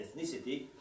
ethnicity